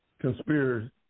conspiracy